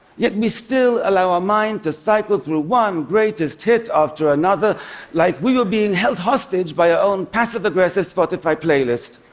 yet we still allow our mind to cycle through one greatest hit after another, like we were being held hostage by our own passive-aggressive spotify playlist.